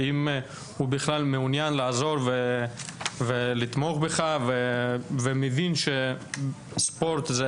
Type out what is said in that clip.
אם הוא בכלל מעוניין לעזור ולתמוך בך ומבין שספורט זה